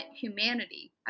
humanity